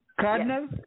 Cardinal